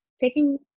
taking